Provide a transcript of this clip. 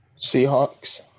Seahawks